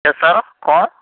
یس sir کون